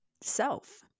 self